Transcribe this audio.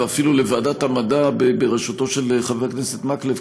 ואפילו לוועדת המדע בראשותו של חבר הכנסת מקלב,